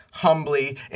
humbly